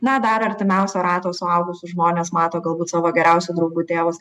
na dar artimiausio rato suaugusius žmones mato galbūt savo geriausių draugų tėvus